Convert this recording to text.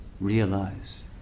Realize